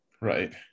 Right